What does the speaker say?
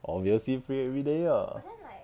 obviously free everyday ah